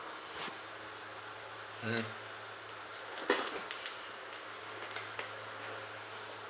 mm